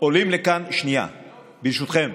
עולים לכאן, שנייה, ברשותכם.